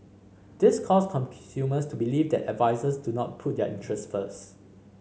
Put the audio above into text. this caused consumers to believe that advisers do not put their interest first